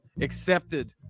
accepted